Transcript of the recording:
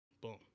boom